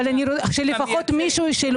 אבל לפחות מישהו שלו,